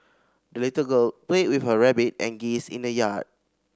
the little girl played with her rabbit and geese in the yard